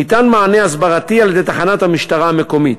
ניתן מענה הסברתי על-ידי תחנת המשטרה המקומית.